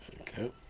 Okay